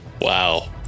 Wow